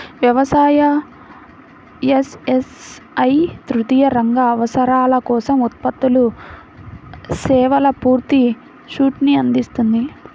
వ్యవసాయ, ఎస్.ఎస్.ఐ తృతీయ రంగ అవసరాల కోసం ఉత్పత్తులు, సేవల పూర్తి సూట్ను అందిస్తుంది